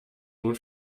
nun